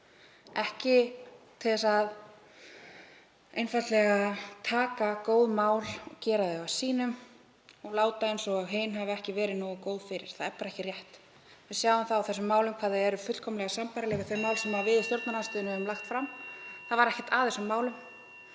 í stað þess að taka góð mál og gera þau að sínum og láta eins og hin hafi ekki verið nógu góð fyrir. Það er bara ekki rétt. Við sjáum það á þessum málum hvað þau eru fullkomlega sambærileg við þau mál sem við í stjórnarandstöðunni höfum lagt fram. Það var ekkert að þessum málum,